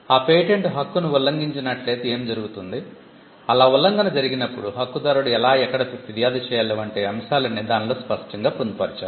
ఆ పేటెంట్ హక్కుని ఉల్లంఘించినట్లయితే ఏమి జరుగుతుంది అలా ఉల్లంఘన జరిగినప్పుడు హక్కుదారుడు ఎలాఎక్కడ ఫిర్యాదు చేయాలి అంటి అంశాలన్నీ దానిలో స్పష్టంగా పొందుపరచారు